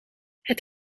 het